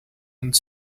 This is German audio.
und